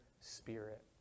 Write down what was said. spirit